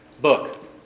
book